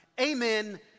Amen